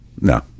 No